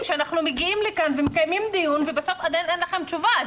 שאנחנו מגיעים לכאן ומקיימים דיון ובסוף עדיין אין לכם תשובה,